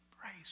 Praise